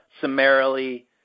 summarily